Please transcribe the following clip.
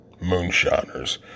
moonshiners